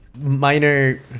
minor